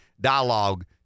dialogue